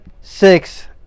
six